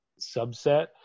subset